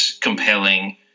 compelling